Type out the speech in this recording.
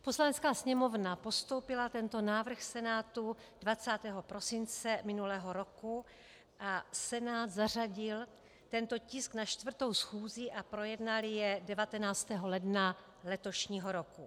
Poslanecká sněmovna postoupila tento návrh Senátu 20. prosince minulého roku a Senát zařadil tento tisk na čtvrtou schůzi a projednal jej 19. ledna letošního roku.